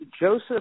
Joseph